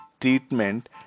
treatment